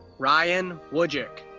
ryan wujcik.